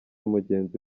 mugenzi